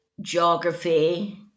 geography